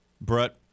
Brett